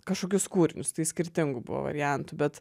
kažkokius kūrinius tai skirtingų buvo variantų bet